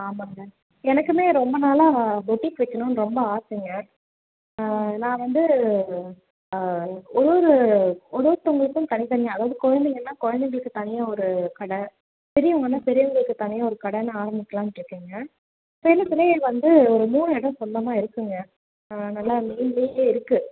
ஆமாங்க எனக்குமே ரொம்ப நாளாக பொட்டிக் வைக்கணும்ன்னு ரொம்ப ஆசைங்க நான் வந்து ஒரு ஒரே ஒரு ஒருத்தவர்களுக்கு தனித்தனியாக அதாவது குழந்தைங்கன்னா குழந்தைகளுக்கு தனியாக ஒரு கடை பெரியவங்கன்னால் பெரியவர்களுக்கு தனியாக ஒரு கடைனு ஆரம்பிக்கலாம்ட்டு இருக்கேங்க சேலத்துலேயே வந்து ஒரு மூணு இடம் சொந்தமாக இருக்குங்க நல்லா மெயினிலேயே இருக்குது